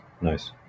nice